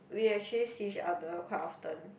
we actually see each other quite often